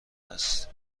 است